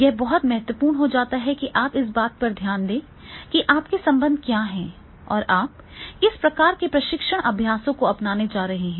यह बहुत महत्वपूर्ण हो जाता है कि आप इस बात पर ध्यान दें कि आपके संबंध क्या हैं और आप किस प्रकार के प्रशिक्षण अभ्यासों को अपनाने जा रहे हैं